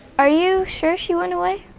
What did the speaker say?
are you sure she went away?